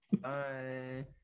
Bye